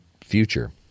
future